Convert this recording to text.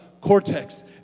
cortex